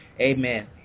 Amen